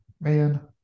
man